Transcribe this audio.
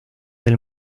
del